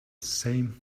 same